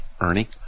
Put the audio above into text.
Ernie